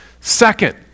Second